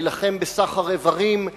להילחם בסחר איברים,